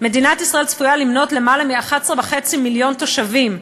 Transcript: מדינת ישראל צפויה למנות יותר מ-11.5 מיליון תושבים.